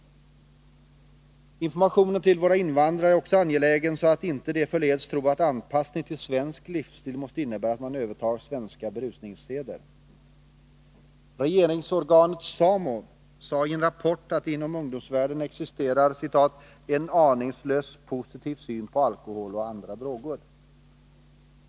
ToFG La fa RA Information till våra invandrare är också angelägen, så att de inte förleds — Alkohol vid statlig tro att anpassning till svensk livsstil måste innebära att man övertar svenska den existerar ”en aningslös positiv syn på alkohol och andra droger”.